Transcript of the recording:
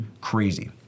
Crazy